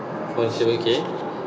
facial okay